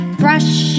brush